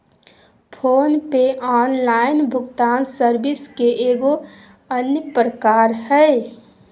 phone पे online भुगतान service के एगो अन्य प्रकार हय